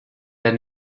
der